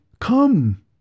come